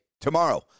tomorrow